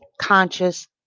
conscious